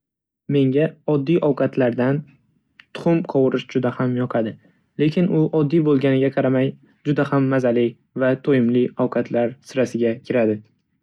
Menga oddiy ovqatlardan tuxum qovurish juda ham yoqadi. Lekin u oddiy bo'lganiga qaramay juda ham mazali va to'yimli ovqatlar sirasiga kiradi.